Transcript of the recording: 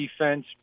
defense